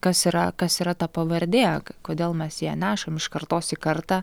kas yra kas yra ta pavardė kodėl mes ją nešam iš kartos į kartą